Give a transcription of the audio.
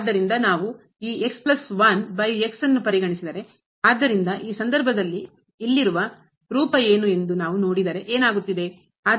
ಆದ್ದರಿಂದ ನಾವು ಈ ಅನ್ನು ಪರಿಗಣಿಸಿದರೆ ಆದ್ದರಿಂದ ಈ ಸಂದರ್ಭದಲ್ಲಿ ಇಲ್ಲಿರುವ ರೂಪ ಏನು ಎಂದು ನಾವು ನೋಡಿದರೆ ಏನಾಗುತ್ತಿದೆ ಆದ್ದರಿಂದ